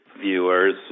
viewers